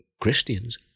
Christians